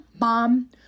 mom